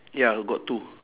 ya got two